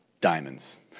diamonds